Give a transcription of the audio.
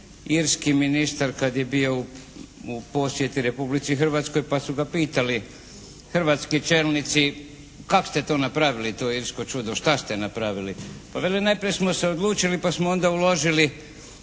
irski ministar kad je bio u posjeti Republici Hrvatskoj pa su ga pitali hrvatski čelnici kako ste to napravili to irsko čudo, šta ste napravili. Pa veli najprije smo se odlučili, pa smo onda uložili